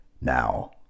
Now